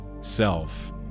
self